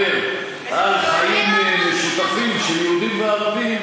מתכוון לדבר על חיים משותפים של יהודים וערבים,